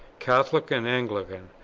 catholic and anglican,